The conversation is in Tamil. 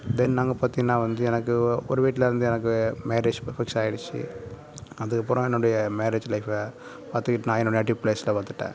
தென் நாங்கள் பார்த்தீங்கன்னா வந்து எனக்கு ஒரு வீட்டில் இருந்து எனக்கு மேரேஜ் ப்ரொபோஸ் ஆகிருச்சு அதுக்கப்புறம் என்னுடைய மேரேஜ் லைஃப் பார்த்துக்கிட் நான் என்னோடய நேட்டிவ் பிளேஸில் வந்துட்டேன்